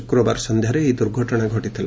ଶୁକ୍ରବାର ସନ୍ଧ୍ୟାରେ ଏହି ଦୁର୍ଘଟଣା ଘଟିଥିଲା